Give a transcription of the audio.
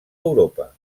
europa